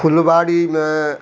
फुलवारीमे